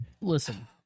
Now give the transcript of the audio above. Listen